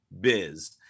biz